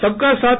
సబ్కా సాత్